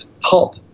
pop